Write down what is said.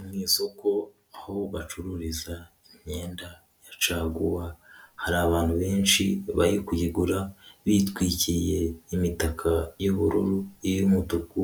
Mu isoko aho bacururiza imyenda ya caguwa, hari abantu benshi bari kuyigura bitwikiriye imitaka y'ubururu, iy'umutuku,